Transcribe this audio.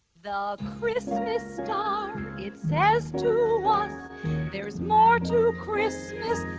the christmas star it says too us there's more to christmas